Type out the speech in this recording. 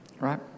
Right